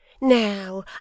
Now